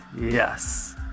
Yes